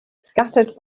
scattered